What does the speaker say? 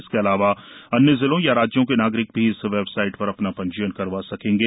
इसके अलावा अन्य जिलों या राज्यों के नागरिक भी इस वेबसाइट पर अपना पंजीयन करवा सकेंगे